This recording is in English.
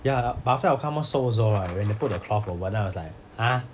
ya but after that 我看他们收的时候 right when they put the cloth over then I was like !huh!